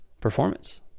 performance